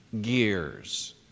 gears